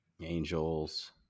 Angels